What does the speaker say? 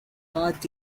part